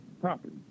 property